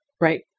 right